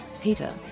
Peter